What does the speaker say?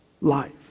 Life